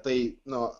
tai nu